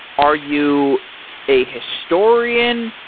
are you a historian?